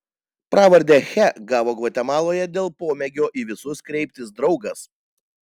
pravardę che gavo gvatemaloje dėl pomėgio į visus kreiptis draugas